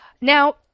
Now